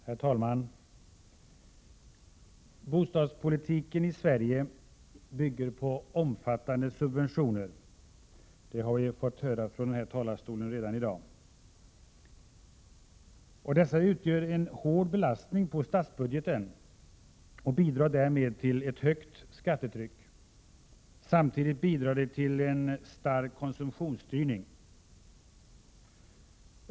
Herr talman! Bostadspolitiken i Sverige bygger på omfattande subventioner. Det har vi redan fått höra från den här talarstolen i dag. Dessa subventioner utgör en hård belastning på statsbudgeten och bidrar därmed till ett högt skattetryck. Samtidigt bidrar de till en stark konsumtionsstyrning.